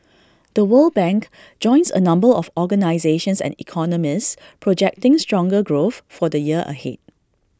the world bank joins A number of organisations and economists projecting stronger growth for the year ahead